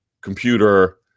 computer